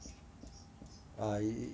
ah you